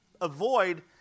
avoid